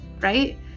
right